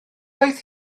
oedd